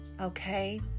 Okay